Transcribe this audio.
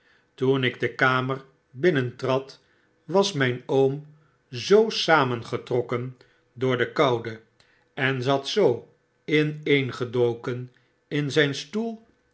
toen ik de kamer binnentrad was myn oom zoo samengetrokken door de koude en zat zoo ineengedoken in zijn stoel